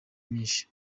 nyinshi